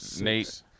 Nate